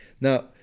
Now